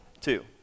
two